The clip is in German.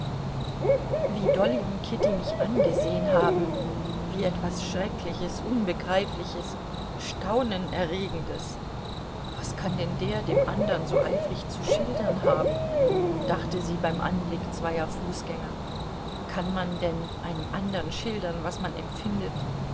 wie dolly und kitty mich angesehen haben wie etwas schreckliches unbegreifliches staunenerregendes was kann denn der dem andern so eifrig zu schildern haben dachte sie beim anblick zweier fußgänger kann man denn einem andern schildern was man empfindet